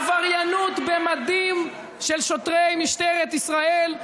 עבריינות במדים של שוטרי משטרת ישראל,